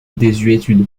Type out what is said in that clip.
désuétude